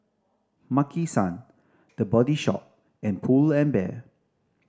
Maki San The Body Shop and Pull and Bear